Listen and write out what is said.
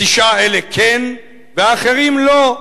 שהתשעה האלה כן, והאחרים לא.